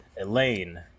Elaine